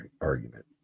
argument